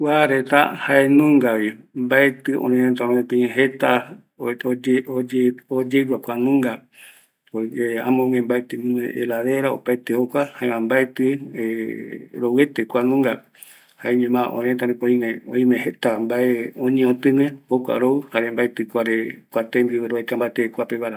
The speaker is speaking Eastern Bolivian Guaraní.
Kua reta jaenungavi, mbaetɨ jeta oyegua kua nunga, amogue mbatɨ guinoi heladera, jaema baetɨ rouete kua nunga, jaeñoma örërëtä rupi jeta oñeotigue, jokua rou, mbaetɨ roeka mbate tembiu kua peguara